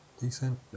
Decent